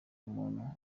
umuntu